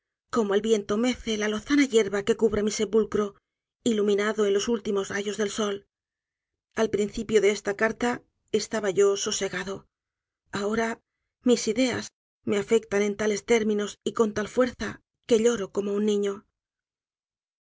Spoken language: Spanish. como el viento mece la lozana yerba que cubra mi sepulcro iluminado con los últimos rayos del sol al principio de esta carta estaba yo sosegado ahora mis ideas me afectan en tales términos y con tal fuerza que lloro como un niño